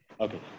Okay